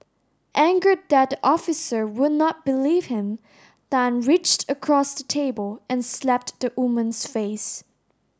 angered that the officer would not believe him Tan reached across the table and slapped the woman's face